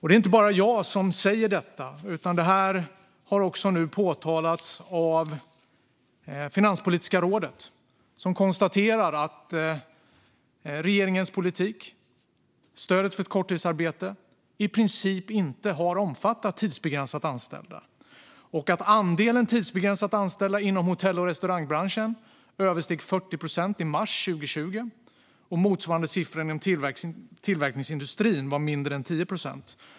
Det är inte bara jag som säger detta, utan det här har även påtalats av Finanspolitiska rådet, som konstaterar att regeringens politik med stödet för korttidsarbete i princip inte har omfattat tidsbegränsat anställda. Finanspolitiska rådet konstaterar i sin utvärdering av finanspolitiken att "andelen tidsbegränsat anställda inom hotell och restaurangbranschen översteg 40 procent i mars 2020. Motsvarande siffra inom tillverkningsindustrin var mindre än 10 procent.